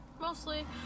Mostly